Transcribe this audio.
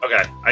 Okay